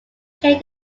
played